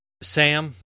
Sam